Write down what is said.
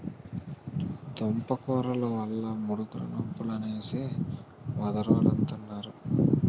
దుంపకూరలు వల్ల ముడుకులు నొప్పులు అనేసి ముదరోలంతన్నారు